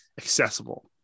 accessible